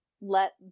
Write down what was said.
let